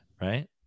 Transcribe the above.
right